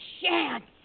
chance